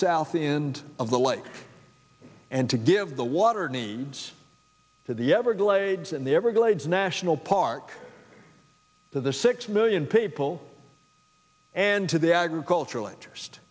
south end of the lake and to give the water needs to the everglades and the everglades national park to the six million people and to the agricultural interest